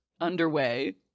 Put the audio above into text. underway